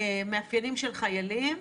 מאפיינים של חיילים,